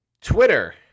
Twitter